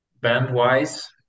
band-wise